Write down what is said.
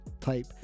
type